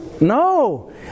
No